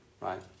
Right